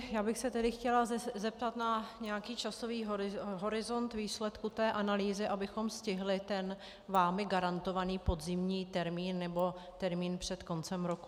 Já bych se tedy chtěla zeptat na nějaký časový horizont výsledku té analýzy, abychom stihli vámi garantovaný podzimní termín, nebo termín před koncem roku.